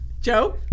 Joe